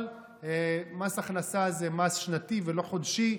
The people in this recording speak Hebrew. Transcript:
אבל מס הכנסה זה מס שנתי ולא חודשי,